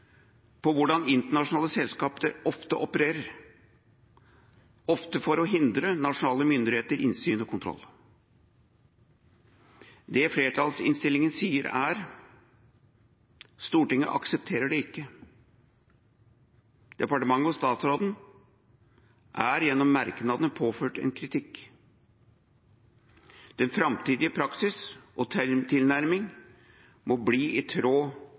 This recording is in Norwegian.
på hvordan internasjonale selskaper ofte opererer, ofte for å hindre nasjonale myndigheter innsyn og kontroll. Det flertallsinnstillinga sier, er: Stortinget aksepterer det ikke. Departementet og statsråden er gjennom merknadene påført en kritikk. Den framtidige praksis og tilnærming må bli i tråd